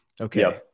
Okay